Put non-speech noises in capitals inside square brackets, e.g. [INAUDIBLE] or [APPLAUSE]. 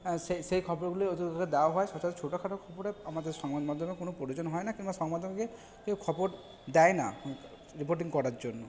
হ্যাঁ সেই খবরগুলোই [UNINTELLIGIBLE] দেওয়া হয় সচরাচর ছোটখাটো খবরে আমাদের সংবাদমাধ্যমে কোনো প্রয়োজন হয় না কেননা সংবাদমাধ্যমকে কেউ খবর দেয় না রিপোর্টিং করার জন্য